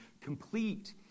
complete